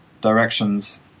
directions